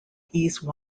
ease